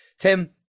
Tim